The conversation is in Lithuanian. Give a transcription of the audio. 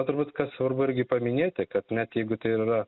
turbūt kas svarbu irgi paminėti kad net jeigu tai ir yra